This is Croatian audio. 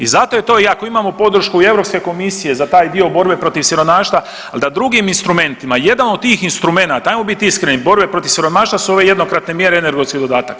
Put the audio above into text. I zato je to i ako imamo podršku i Europske komisije za taj dio borbe protiv siromaštva, ali da drugim instrumentima, jedan od tih instrumenata, hajmo bit iskreni borbe protiv siromaštva su ove jednokratne mjere energetski dodatak.